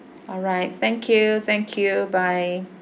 alright thank you thank you bye